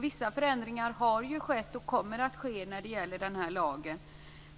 Vissa förändringar har ju skett, och kommer att ske, när det gäller den här lagen.